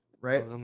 Right